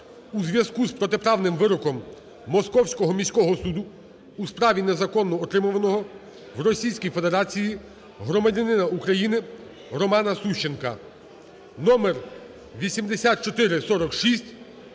у зв'язку з протиправним вироком Московського міського суду у справі незаконно утримуваного в Російській Федерації громадянина України Романа Сущенка" (номер 8446)